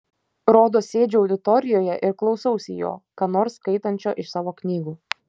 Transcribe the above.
rodos sėdžiu auditorijoje ir klausausi jo ką nors skaitančio iš savo knygų